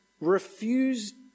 refused